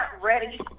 ready